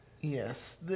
Yes